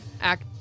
act